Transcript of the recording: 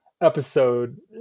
episode